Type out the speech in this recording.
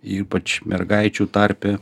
ypač mergaičių tarpe